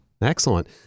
Excellent